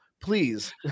Please